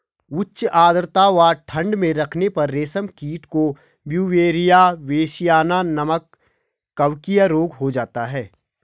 उच्च आद्रता व ठंड में रखने पर रेशम कीट को ब्यूवेरिया बेसियाना नमक कवकीय रोग हो जाता है